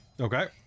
okay